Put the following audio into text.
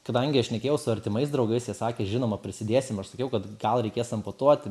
kadangi aš šnekėjau su artimais draugais jie sakė žinoma prisidėsim aš sakiau kad gal reikės amputuoti